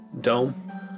dome